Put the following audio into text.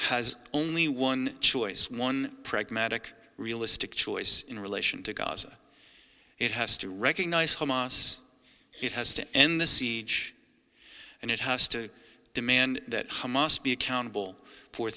has only one choice one pragmatic realistic choice in relation to gaza it has to recognize hamas it has to end the siege and it has to demand that hamas be accountable for